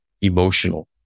emotional